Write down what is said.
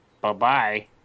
Bye-bye